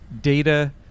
data